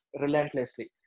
relentlessly